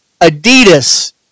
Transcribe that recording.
Adidas